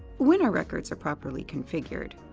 when our records are properly configured,